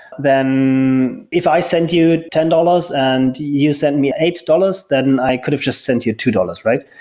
then if i send you ten dollars and you send me eight dollars, then i could've just sent you two dollars, right?